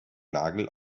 nagel